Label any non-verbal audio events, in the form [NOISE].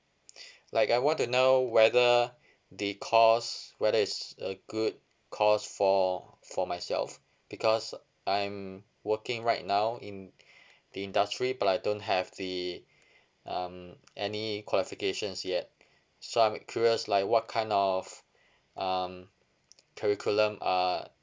like I want to know whether the course whether it's a good course for for myself because uh I'm working right now in [BREATH] the industry but I don't have the um any qualifications yet so I'm curious like what kind of um curriculum are